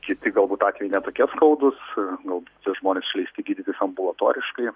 kiti galbūt atvejai ne tokie skaudūs galūt tie žmonės išleisti gydytis ambulatoriškai